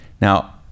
now